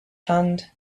hand